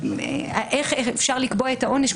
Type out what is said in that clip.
איך אפשר לקבוע את העונש,